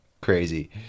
crazy